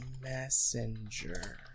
Messenger